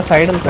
ah item